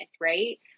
right